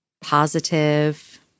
positive